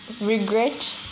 regret